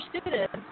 students